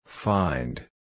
Find